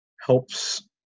helps